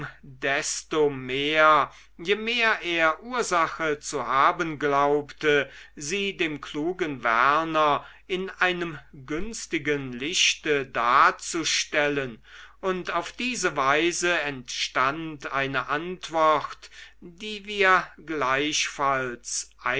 desto mehr je mehr er ursache zu haben glaubte sie dem klugen werner in einem günstigen lichte darzustellen und auf diese weise entstand eine antwort die wir gleichfalls